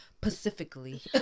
pacifically